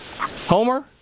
Homer